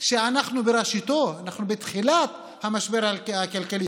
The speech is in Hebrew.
שאנחנו בראשיתו, אנחנו בתחילת המשבר הכלכלי.